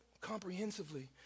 comprehensively